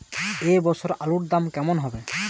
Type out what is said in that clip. এ বছর আলুর দাম কেমন হবে?